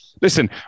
listen